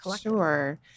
Sure